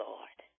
Lord